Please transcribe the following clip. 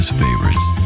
favorites